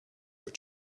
what